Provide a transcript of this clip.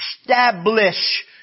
establish